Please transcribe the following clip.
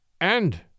And